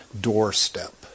doorstep